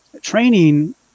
Training